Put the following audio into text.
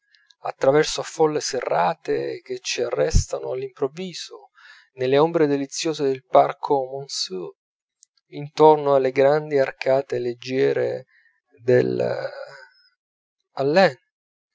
a folle serrate che ci arrestano all'improvviso nelle ombre deliziose del parco monceaux intorno alle grandi arcate leggiere delle